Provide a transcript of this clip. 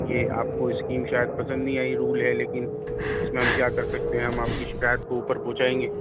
یہ آپ کو اسکیم شاید پسند نہیں آئی رول ہے لیکن اس میں ہم کیا کر سکتے ہیں ہم آپ کی شکایت کو اوپر پہنچائیں گے